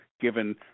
given